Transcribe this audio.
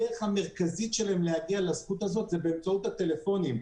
הדרך המרכזית שלהם להגיע לזכות הזאת זה באמצעות הטלפונים.